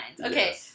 okay